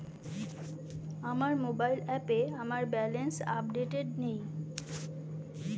আমার মোবাইল অ্যাপে আমার ব্যালেন্স আপডেটেড নেই